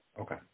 Okay